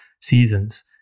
seasons